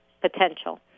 potential